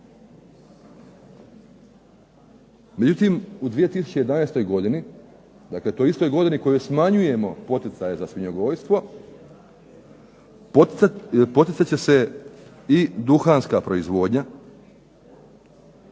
Međutim, u 2011. godini, dakle toj istoj godini u kojoj smanjujemo poticaje za svinjogojstvo, poticat će se i duhanska proizvodnja